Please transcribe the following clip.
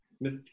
miss